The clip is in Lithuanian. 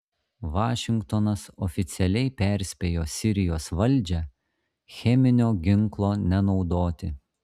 vašingtonas oficialiai perspėjo sirijos valdžią cheminio ginklo nenaudoti